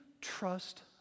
trust